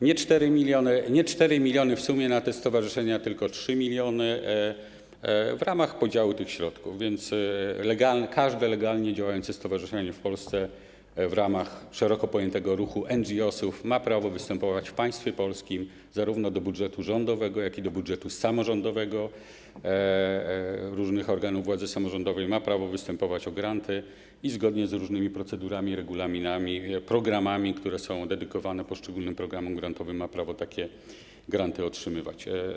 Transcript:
Nie 4 mln w sumie na te stowarzyszenia przeznaczono, tylko 3 mln w ramach podziału tych środków, więc każde legalnie działające stowarzyszenie w Polsce w ramach szeroko pojętego ruchu NGO-sów ma prawo występować w państwie polskim zarówno do budżetu rządowego, jak i do budżetu samorządowego, różnych organów władzy samorządowej o granty i zgodnie z różnymi procedurami, regulaminami, programami, które są dedykowane poszczególnym programom grantowym, ma prawo takie granty otrzymywać.